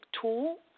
tool